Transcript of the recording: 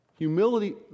Humility